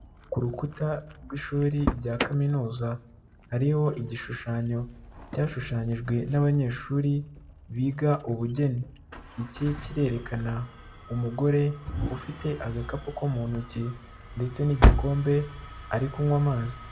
Ku rukuta rw'ishuri rya kaminuza, hariho igishushanyo cyashushanyijwe n'abanyeshuri biga ubugeni. Iki kirerekana umugore ufite agakapu ko mu ntoki ndetse n'igikombe, ari kunywa amazi.